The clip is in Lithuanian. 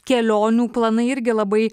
kelionių planai irgi labai